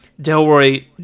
Delroy